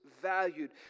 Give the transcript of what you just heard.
valued